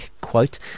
quote